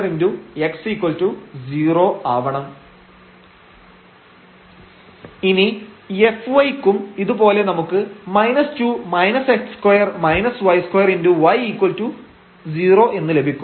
2 x 0 ഇനി fy ക്കും ഇതുപോലെ നമുക്ക് y0 എന്ന് ലഭിക്കും